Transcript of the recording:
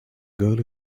girl